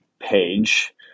page